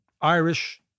Irish